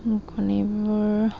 কণীবোৰ